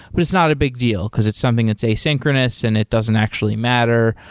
but it's not a big deal, because it's something that's asynchronous and it doesn't actually matter.